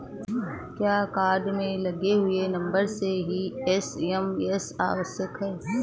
क्या कार्ड में लगे हुए नंबर से ही एस.एम.एस आवश्यक है?